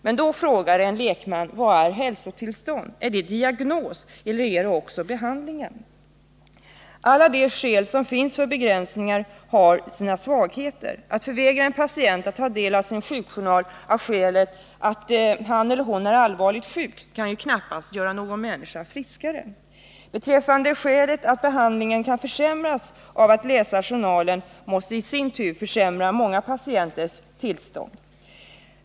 Men då frågar en lekman: Vad är hälsotillstånd? Är det diagnos eller är det också behandlingen? Alla de skäl som finns för begränsningar har sina svagheter. Att förvägra en patient att ta del av sjukjournalen av det skälet att han eller hon är allvarligt sjuk kan ju knappast göra någon människa friskare. Att anföra skälet att behandlingens resultat kan försämras av att patienten läser journalen måste i sin tur försämra många patienters tillstånd.